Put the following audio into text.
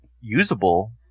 usable